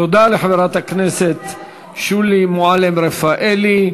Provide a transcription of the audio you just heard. תודה לחברת הכנסת שולי מועלם-רפאלי.